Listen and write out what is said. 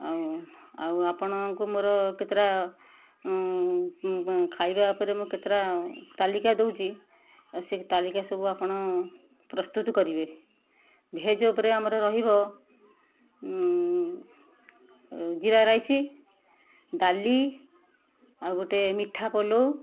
ଆଉ ଆଉ ଆପଣଙ୍କୁ ମୋର କେତେଟା ଖାଇବା ଉପରେ ମୁଁ କେତେଟା ତାଲିକା ଦେଉଛି ସେଇ ତାଲିକା ସବୁ ଆପଣ ପ୍ରସ୍ତୁତ କରିବେ ଭେଜ୍ ଉପରେ ଆମର ରହିବ ଜିରା ରାଇସ୍ ଡାଲି ଆଉ ଗୋଟେ ମିଠା ପଲଉ